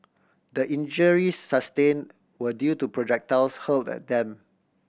the injuries sustained were due to projectiles hurled at them